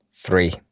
Three